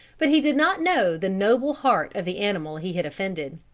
but he did not know the noble heart of the animal he had offended.